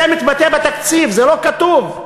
זה מתבטא בתקציב, זה לא כתוב.